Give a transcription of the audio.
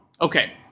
Okay